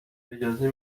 اجازه